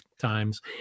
times